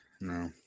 No